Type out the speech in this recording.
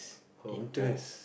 her more